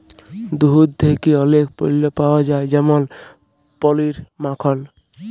দুহুদ থ্যাকে অলেক পল্য পাউয়া যায় যেমল পলির, মাখল